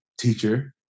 teacher